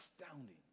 astounding